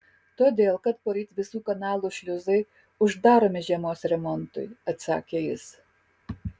todėl kad poryt visų kanalų šliuzai uždaromi žiemos remontui atsakė jis